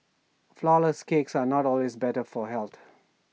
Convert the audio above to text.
flowerless cakes are not always better for health